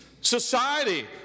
society